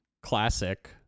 classic